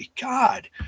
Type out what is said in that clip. God